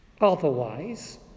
Otherwise